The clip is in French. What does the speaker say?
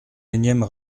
énième